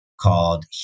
called